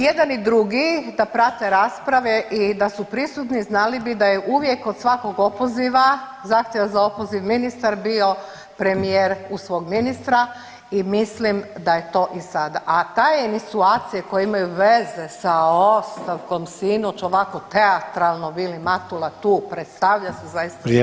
Jedan i drugi da prate rasprave i da su prisutni znali bi da je uvijek kod svakog opoziva, zahtjeva za opoziv ministar bio premijer uz svog ministra i mislim da je to i sada, a te insinuacije koje imaju veze sa ostavkom sinoć ovako teatralno Vilim Matula tu predstavlja su zaista smiješne.